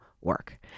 work